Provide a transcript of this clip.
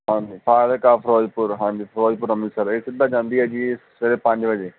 ਹਾਂਜੀ ਫਾਜ਼ਿਲਕਾ ਫਿਰੋਜ਼ਪੁਰ ਹਾਂਜੀ ਫਿਰੋਜ਼ਪੁਰ ਅੰਮ੍ਰਿਤਸਰ ਇਹ ਸਿੱਧਾ ਜਾਂਦੀ ਹੈ ਜੀ ਸਵੇਰੇ ਪੰਜ ਵਜੇ